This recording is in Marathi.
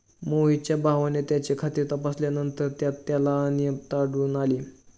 मोहितच्या भावाने त्याचे खाते तपासल्यानंतर त्यात त्याला अनियमितता आढळून आली